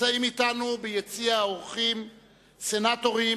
נמצאים אתנו ביציע האורחים סנטורים